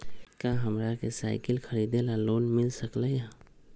का हमरा के साईकिल खरीदे ला लोन मिल सकलई ह?